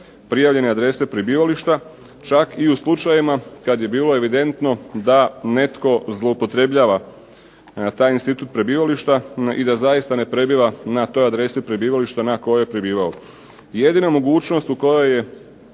prijavljene adrese prebivališta čak i u slučajevima kad je bilo evidentno da netko zloupotrebljava taj institut prebivališta i da zaista ne prebiva na toj adresi prebivališta na kojoj je prebivao. Jedina mogućnost u kojoj je